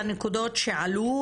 בואו נתייחס לנקודות שעלו.